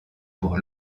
pour